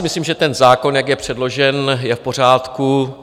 Myslím, že ten zákon, jak je předložen, je v pořádku.